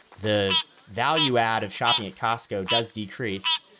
the value add of shopping at costco does decrease.